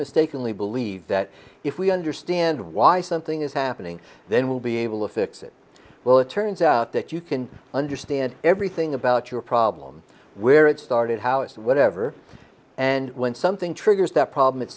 mistakenly believe that if we understand why something is happening then we'll be able to fix it well it turns out that you can understand everything about your problem where it started how it's whatever and when something triggers that problem it